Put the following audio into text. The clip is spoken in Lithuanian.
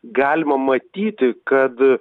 galima matyti kad